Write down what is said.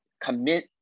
commit